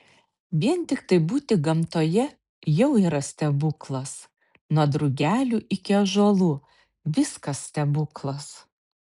vien tiktai būti gamtoje jau yra stebuklas nuo drugelių iki ąžuolų viskas stebuklas